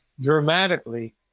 dramatically